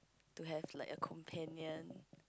to have like a companion